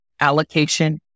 allocation